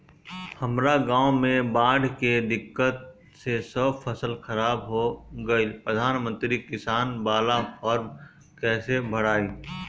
हमरा गांव मे बॉढ़ के दिक्कत से सब फसल खराब हो गईल प्रधानमंत्री किसान बाला फर्म कैसे भड़ाई?